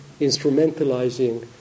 instrumentalizing